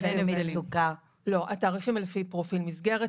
במצוקה --- התעריפים הם לפי פרופיל מסגרת,